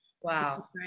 Wow